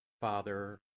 Father